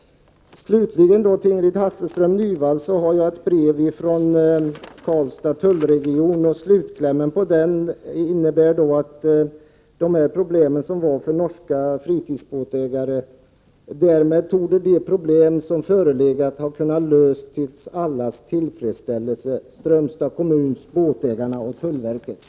Slutligen vill jag berätta för Ingrid Hasselström Nyvall att jag här har ett brev från Karlstads tullregion. Slutklämmen i brevet gäller de norska fritidsbåtsägarnas problem och lyder: Därmed torde de problem som förelegat ha kunnat lösas till allas tillfredsställelse: Strömstads kommuns, båtägarnas och tullverkets.